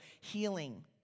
healing